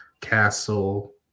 Castle